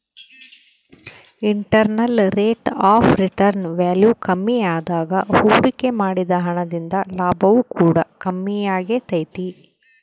internal rate of return value ಕಮ್ಮಿಯಾದಾಗ ಹೂಡಿಕೆ ಮಾಡಿದ ಹಣ ದಿಂದ ಲಾಭವು ಕೂಡ ಕಮ್ಮಿಯಾಗೆ ತೈತೆ